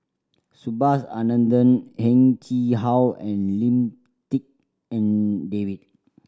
Subhas Anandan Heng Chee How and Lim Tik En David